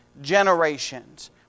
generations